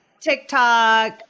TikTok